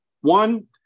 One